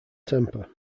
temper